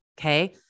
Okay